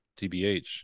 TBH